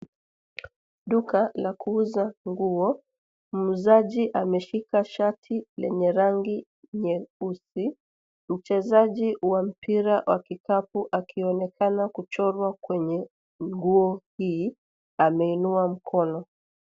Duka la kuuza nguo, Muuzaji ameshika shati lenye rangi nyeusi. Mchezaji wa mpira wa kikapu , akionekana kuchorwa kwenye nguo hii ameinua mkono.